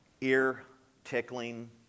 ear-tickling